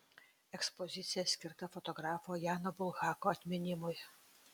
ekspozicija skirta fotografo jano bulhako atminimui